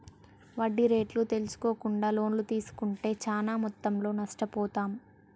వడ్డీ రేట్లు తెల్సుకోకుండా లోన్లు తీస్కుంటే చానా మొత్తంలో నష్టపోతాం